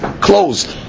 closed